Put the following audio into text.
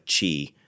chi